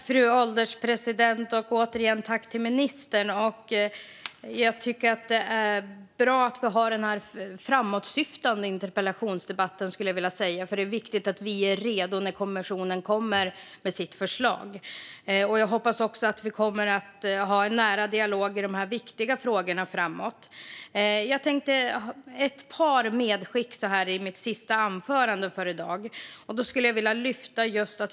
Fru ålderspresident! Återigen tack till ministern! Jag tycker att det är bra att vi har en framåtsyftande interpellationsdebatt, för det är viktigt att vi är redo när kommissionen kommer med sitt förslag. Jag hoppas att vi kommer att ha en nära dialog i dessa viktiga frågor framåt. Jag har ett par medskick så här i mitt sista anförande för i dag.